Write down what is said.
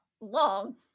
long